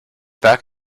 back